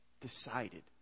decided